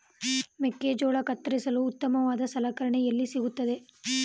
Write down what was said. ಮೆಕ್ಕೆಜೋಳ ಕತ್ತರಿಸಲು ಉತ್ತಮವಾದ ಸಲಕರಣೆ ಎಲ್ಲಿ ಸಿಗುತ್ತದೆ?